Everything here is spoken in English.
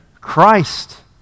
Christ